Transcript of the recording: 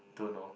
don't know